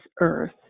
earth